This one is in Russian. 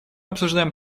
обсуждаем